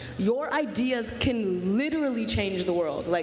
your ideas can literally change the world. like